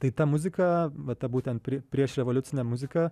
tai ta muzika va ta būtent prie priešrevoliucinė muzika